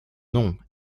nom